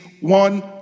one